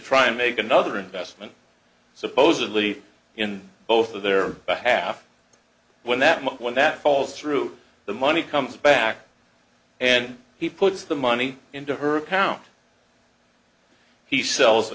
try and make another investment supposedly in both of their behalf when that when that falls through the money comes back and he puts the money into her account he sells